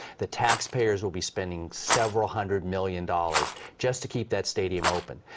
the taxpayers will be spending several hundred million dollars just to keep that stadium open.